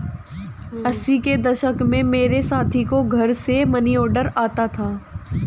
अस्सी के दशक में मेरे साथी को घर से मनीऑर्डर आता था